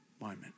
moment